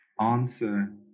answer